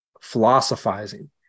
philosophizing